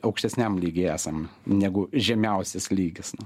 aukštesniam lygyje esam negu žemiausias lygis